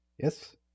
Yes